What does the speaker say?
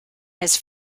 his